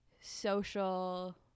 social